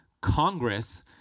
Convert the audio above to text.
Congress